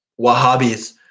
Wahhabis